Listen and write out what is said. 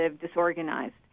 disorganized